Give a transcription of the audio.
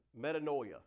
metanoia